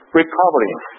recovery